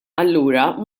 allura